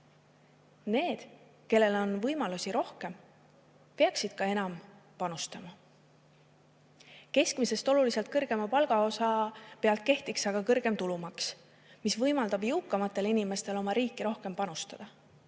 Need, kellel on võimalusi rohkem, peaksid ka enam panustama. Keskmist palka oluliselt [ületava] palgaosa pealt kehtiks aga kõrgem tulumaks, mis võimaldaks jõukamatel inimestel oma riiki rohkem panustada.